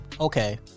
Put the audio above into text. okay